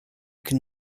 can